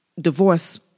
divorce